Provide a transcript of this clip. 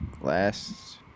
last